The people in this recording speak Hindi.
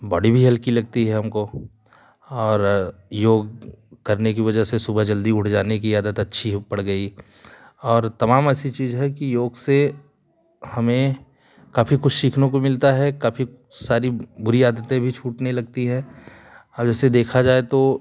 बॉडी भी हल्की लगती है हमको और योग करने की वजह से सुबह जल्दी उठ जाने की आदत अच्छी पड़ गई और तमाम ऐसी चीज़ है कि योग से हमें काफ़ी कुछ सीखनो को मिलता है काफ़ी सारी बुरी आदतें भी छूटने लगती हैं अब जैसे देखा जाए तो